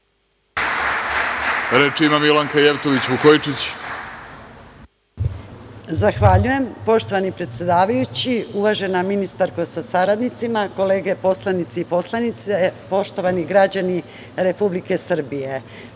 **Milanka Jevtović Vukojičić** Zahvaljujem. Poštovani predsedavajući, uvažena ministarko sa saradnicima, kolege poslanici i poslanice, poštovani građani Republike Srbije,